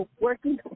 working